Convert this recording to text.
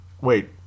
Wait